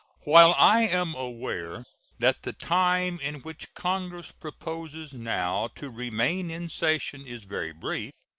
while i am aware that the time in which congress proposes now to remain in session is very brief,